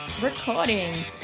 Recording